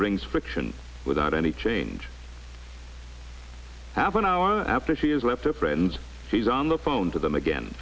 brings friction without any change and half an hour after she has left her friends she's on the phone to them again